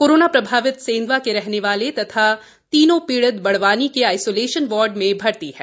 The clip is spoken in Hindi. कोरोना प्रभावित सेंधवा के रहने वाले हैं तथा तीनों पीड़ित बड़वानी के आइसोलेशन वार्ड में भर्ती है